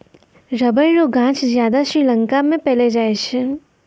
rubber रो गांछ ज्यादा श्रीलंका मे पैलो जाय छै